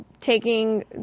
taking